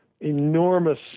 enormous